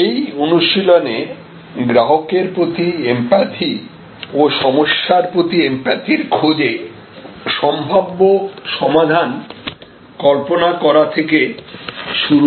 এই অনুশীলনে গ্রাহকের প্রতি এমপ্যাথি ও সমস্যার প্রতি এমপ্যাথির খোঁজে সম্ভাব্য সমাধান কল্পনা করা থেকে শুরু হয়